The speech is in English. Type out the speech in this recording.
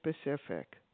specific